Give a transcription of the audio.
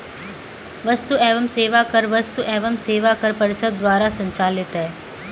वस्तु एवं सेवा कर वस्तु एवं सेवा कर परिषद द्वारा संचालित है